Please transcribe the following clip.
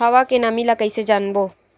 हवा के नमी ल कइसे जानबो?